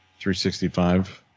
365